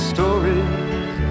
Stories